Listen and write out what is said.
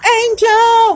angel